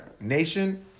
nation